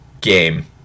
game